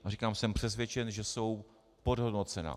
A říkám, jsem přesvědčen, že jsou podhodnocená.